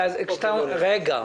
לא, רגע.